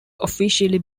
officially